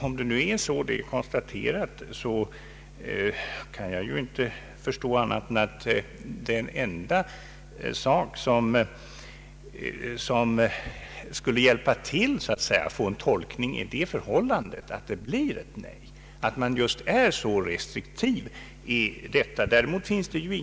Om detta är konstaterat kan jag inte förstå annat än att det enda förhållande som så att säga skulle kunna hjälpa till att få en tolkning till stånd är att det blir ett nej från regeringens sida, d.v.s. att regeringen visar just denna restriktivitet.